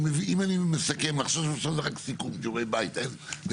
אם אני מסכם עכשיו, זה שיעורי בית.